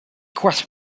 quest